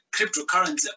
cryptocurrency